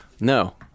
No